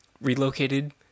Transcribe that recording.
relocated